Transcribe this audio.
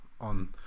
on